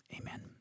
amen